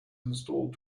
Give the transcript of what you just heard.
installed